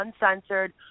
uncensored